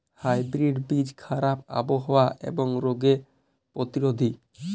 hybrid বীজ খারাপ আবহাওয়া এবং রোগে প্রতিরোধী